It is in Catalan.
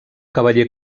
cavaller